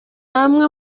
amwe